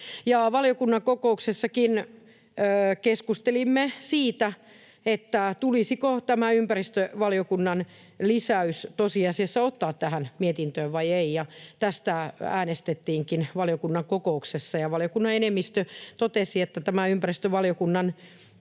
Valiokunnan kokouksessakin keskustelimme siitä, tulisiko tämä ympäristövaliokunnan lisäys tosiasiassa ottaa tähän mietintöön vai ei. Tästä äänestettiinkin valiokunnan kokouksessa, ja valiokunnan enemmistö totesi, että tämä ympäristövaliokunnan teksti